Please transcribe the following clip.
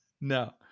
No